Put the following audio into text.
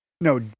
No